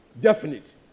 Definite